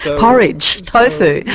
porridge, tofu.